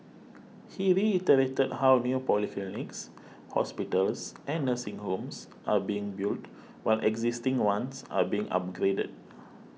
he reiterated how new polyclinics hospitals and nursing homes are being built while existing ones are being upgraded